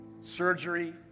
Surgery